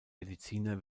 mediziner